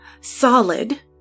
solid